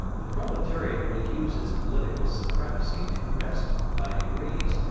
the proletariat will use its political supremacy to wrest, by degrees,